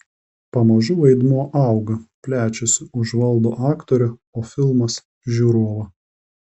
pamažu vaidmuo auga plečiasi užvaldo aktorę o filmas žiūrovą